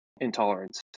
intolerance